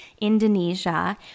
Indonesia